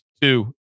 Two